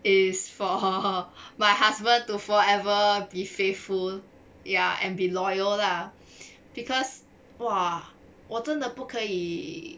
is for my husband to forever be faithful ya and be loyal lah because !wah! 我真的不可以